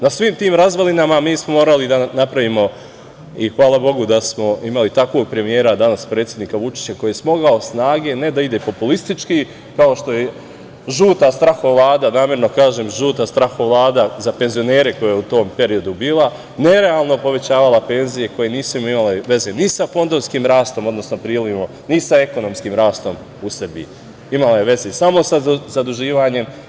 Na svim tim razvalinama mi smo morali da napravimo, i hvala bogu da smo imali takvog premijera, danas predsednika Vučića, koji je smogao snage, ne da ide populistički, kao što je žuta strahovlada, namerno kažem – žuta strahovlada, za penzionere koje je u tom periodu bila, nerealno povećavala penzije, koje nisu imale veze ni sa fondovskim rastom, odnosno prilivom, ni sa ekonomskim rastom u Srbiji, imalo je veze samo sa zaduživanjem.